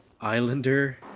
islander